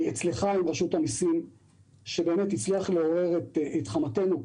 בוועדת הכלכלה עם רשות המסים שהצליח לעורר את חמתנו,